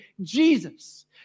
Jesus